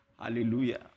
Hallelujah